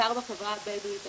בעיקר בחברה הבדואית,